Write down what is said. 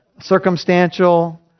circumstantial